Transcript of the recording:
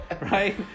right